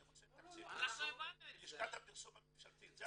אני רוצה תקציב פרסום מלשכת הפרסום הממשלתית.